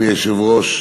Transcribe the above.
אדוני היושב-ראש,